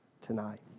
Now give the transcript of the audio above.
tonight